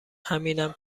همینم